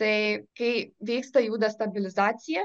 tai kai vyksta jų destabilizacija